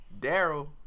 Daryl